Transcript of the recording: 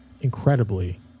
incredibly